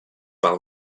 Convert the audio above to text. par